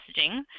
messaging